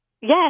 Yes